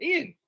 Ian